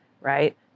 right